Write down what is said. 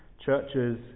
Churches